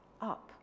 up